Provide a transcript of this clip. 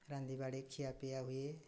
ରାନ୍ଧିବାଢ଼ି ଖିଆପିଆ ହୁଏ